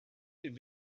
dem